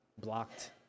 blocked